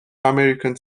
american